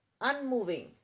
unmoving